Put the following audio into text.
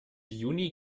juni